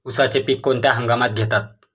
उसाचे पीक कोणत्या हंगामात घेतात?